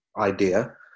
idea